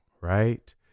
right